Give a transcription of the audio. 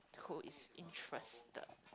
who is interested